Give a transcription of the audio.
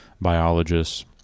biologists